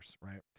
right